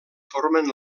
formen